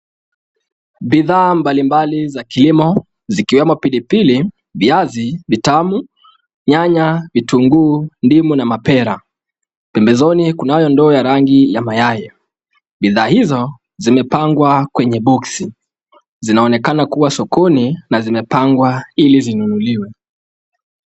Bidhaa mbalimbali za kilimo, zikiwemo pili pili, viazi vitamu, nyanya, vitunguu, ndimu na mapera. Mezani kuna ndoo ya rangi ya mayai . Bidhaa hizo zimepangwa kwenye box . Zinaonekana kuwa sokoni na zimepangwa ili zinunuliwe.